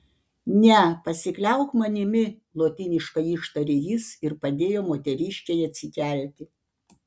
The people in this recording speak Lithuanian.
ne pasikliauk manimi lotyniškai ištarė jis ir padėjo moteriškei atsikelti